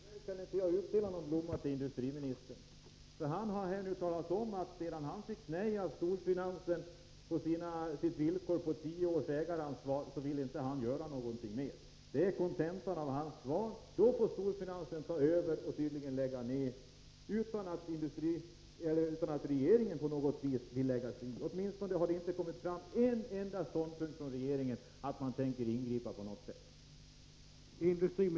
Herr talman! Tyvärr kan jag inte utdela någon blomma till industriministern. Han har nämligen talat om, att sedan han fick nej från storfinansen när det gällde villkoret om tio års ägaransvar, vill han inte göra någonting mer. Det är kontentan av hans svar. Storfinansen får nu ta över, och den kommer tydligen att lägga ned verksamhet, utan att regeringen på något vis bryr sig om det. Det har åtminstone inte i denna debatt uttalats något från regeringshåll som tyder på att regeringen tänker ingripa.